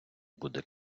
буде